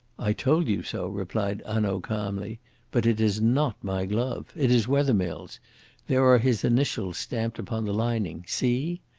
i told you so, replied hanaud calmly but it is not my glove. it is wethermill's there are his initials stamped upon the lining see?